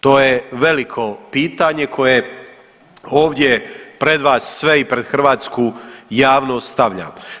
To je veliko pitanje koje ovdje pred vas sve i pred hrvatsku javnost stavljam.